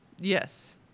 yes